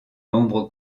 l’ombre